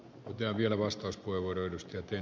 ja vielä vastaisku ivo oudonlaiselta